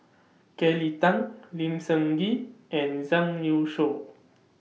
Kelly Tang Lim Sun Gee and Zhang Youshuo